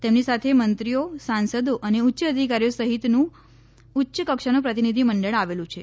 તેમની સાથે મંત્રીઓ સાંસદો અને ઉચ્ય અધિકારીઓ સહિતનું ઉચ્ય કક્ષાનું પ્રતિનિધિ મંડળ આવેલુ છે